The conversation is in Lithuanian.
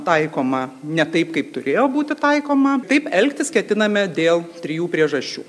taikoma ne taip kaip turėjo būti taikoma taip elgtis ketiname dėl trijų priežasčių